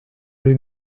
lui